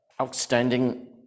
outstanding